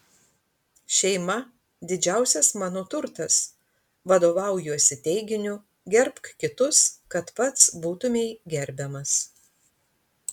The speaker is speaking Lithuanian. šeima didžiausias mano turtas vadovaujuosi teiginiu gerbk kitus kad pats būtumei gerbiamas